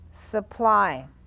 Supply